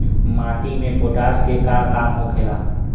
माटी में पोटाश के का काम होखेला?